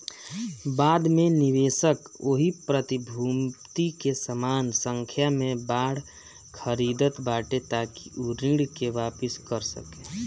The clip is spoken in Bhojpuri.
बाद में निवेशक ओही प्रतिभूति के समान संख्या में बांड खरीदत बाटे ताकि उ ऋण के वापिस कर सके